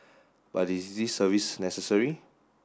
but is this service necessary